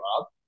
up